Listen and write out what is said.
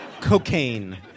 Cocaine